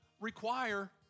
require